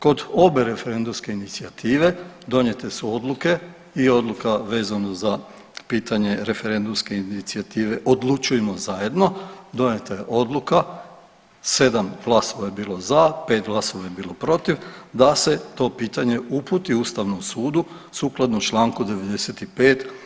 Kod obe referendumske inicijative donijete su odluke i odluka vezano za pitanje referendumske inicijative „Odlučujmo zajedno“ donijeta je odluka sedam glasova je bilo za, pet glasova je bilo protiv da se to pitanje uputi Ustavnom sudu sukladno čl. 85.